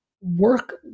work